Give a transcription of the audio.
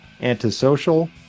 Antisocial